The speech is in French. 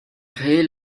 créé